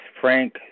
Frank